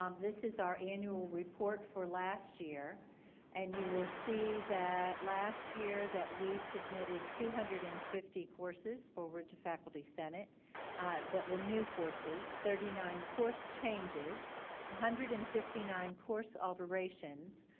um this is our annual report for last year and you will see that last year that we submitted two hundred and fifty courses forward to faculty senate that were new courses, thirty nine course changes, one ah hundred and fifty nine course alterations,